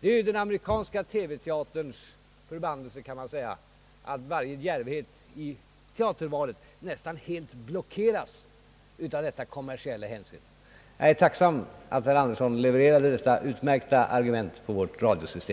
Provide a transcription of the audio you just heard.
är den amerikanska TV-teaterns förbannelse, att varje djärvhet vid valet av teaterpjäs nästan helt blockeras av kommersiella hänsyn. Jag är tacksam att herr Axel Andersson levererade detta utmärkta argument för vårt radiosystem.